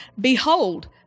Behold